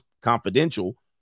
confidential